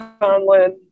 Conlon